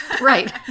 right